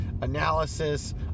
analysis